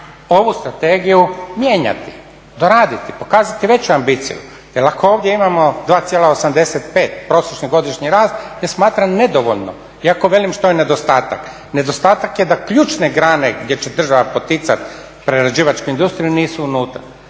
ovu strategiju mijenjati, doraditi, pokazati veću ambiciju. Jel ako ovdje imamo 2,85 prosječni godišnji rast ja smatram nedovoljno, iako velim što je nedostatak. Nedostatak je da ključne grane gdje će država poticati prerađivačku industriju nisu unutra.